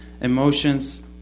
emotions